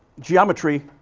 geometry.